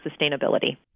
sustainability